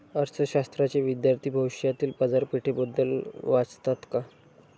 अर्थशास्त्राचे विद्यार्थी भविष्यातील बाजारपेठेबद्दल वाचतात का?